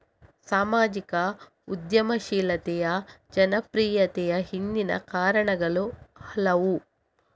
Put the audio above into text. ಸಾಮಾಜಿಕ ಉದ್ಯಮಶೀಲತೆಯ ಜನಪ್ರಿಯತೆಯ ಹಿಂದಿನ ಕಾರಣಗಳು ಹಲವು